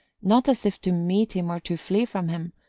not as if to meet him or to flee from him,